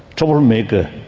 troublemaker,